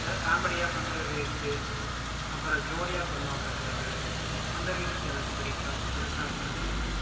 எதாது காமெடியாக பண்ணுற ரீல்ஸ்ஸு அப்புறம் ஜோடியாக பண்ணுவாங்கள் சில பேர் அந்த ரீல்ஸ் எனக்கு பிடிக்கும் அந்த ஷாட்ஸ் எனக்கு பிடிக்கும்